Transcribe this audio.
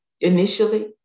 Initially